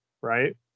right